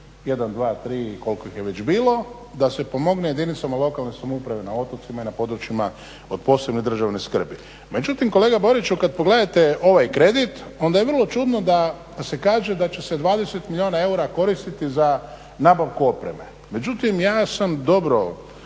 1, 2, 3 i koliko ih je već bilo da se pomogne jedinicama lokalne samouprave na otocima i na područjima od posebne državne skrbi. Međutim, kolega Boriću kad pogledate ovaj kredit onda je vrlo čudno da se kaže da će se 20 milijuna eura koristiti za nabavku opreme. Međutim ja sam dobro